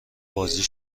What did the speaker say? بازی